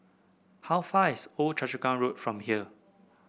how far is Old Choa Chu Kang Road from here